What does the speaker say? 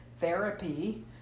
therapy